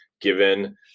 given